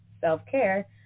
self-care